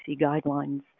guidelines